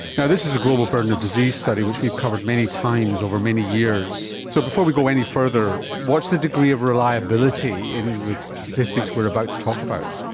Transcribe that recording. yeah this is the global burden of disease study which we've covered many times over many years. so before we go any further, what's the degree of reliability in the statistics we are about to talk about?